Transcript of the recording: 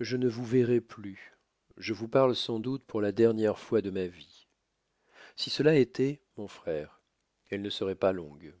je ne vous verrai plus je vous parle sans doute pour la dernière fois de ma vie si cela étoit mon frère elle ne seroit pas longue